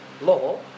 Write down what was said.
law